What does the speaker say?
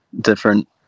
different